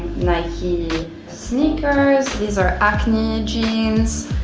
nike sneakers. these are acne jeans.